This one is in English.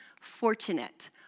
fortunate